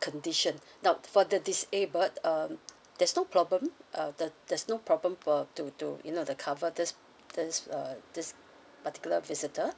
condition now for the disabled um there's no problem uh the there's no problem uh to to you know the cover this this uh this particular visitor